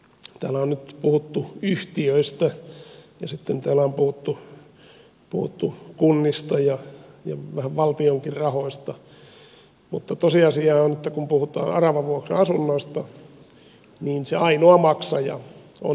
täällä on nyt puhuttu yhtiöistä ja sitten täällä on puhuttu kunnista ja vähän valtionkin rahoista mutta tosiasia on että kun puhutaan aravavuokra asunnoista niin se ainoa maksaja on se vuokralainen